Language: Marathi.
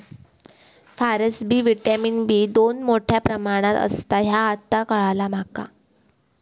फारसबी व्हिटॅमिन बी दोन मोठ्या प्रमाणात असता ह्या आता काळाला माका